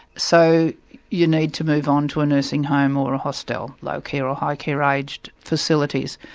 so you need to move on to a nursing home or a hostel, low-care or high-care aged facilities.